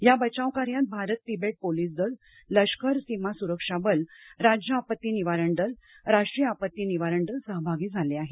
या बचाव कार्यात भारत तिबेट पोलीस दल लष्कर सीमा सुरक्षा बल राज्य आपत्ती निवारण दल राष्ट्रीय आपत्ती निवारण दल सहभागी झाले आहेत